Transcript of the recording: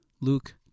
Luke